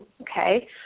okay